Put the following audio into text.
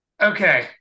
Okay